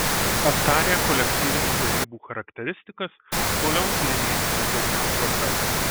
aptarę kolektyvinių derybų charakteristikas toliau tyrinėsime derybų procesą